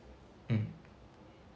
mm